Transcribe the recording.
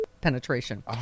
penetration